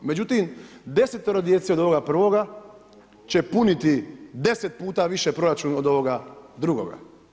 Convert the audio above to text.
Međutim, desetoro djece od ovoga prvoga će puniti 10 puta više proračun od ovoga drugoga.